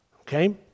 Okay